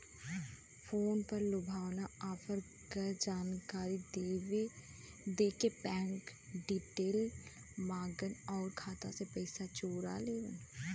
phone पर लुभावना offer क जानकारी देके बैंक डिटेल माँगन आउर खाता से पैसा चोरा लेवलन